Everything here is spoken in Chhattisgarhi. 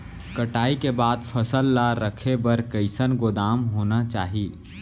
कटाई के बाद फसल ला रखे बर कईसन गोदाम होना चाही?